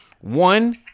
one